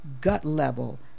gut-level